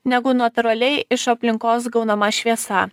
negu natūraliai iš aplinkos gaunama šviesa